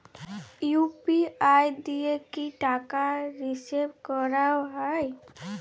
UPI দিয়ে কি টাকা রিসিভ করাও য়ায়?